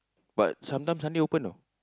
but sometimes Sunday open know